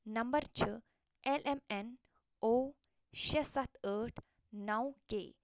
number چھُ L M N O شےٚ سَتھ ٲٹھ نو کے